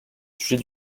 sujet